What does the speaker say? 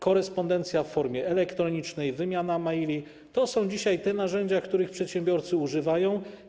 Korespondencja w formie elektronicznej, wymiana maili - to są dzisiaj te narzędzia, których przedsiębiorcy używają.